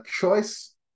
choice